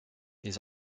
les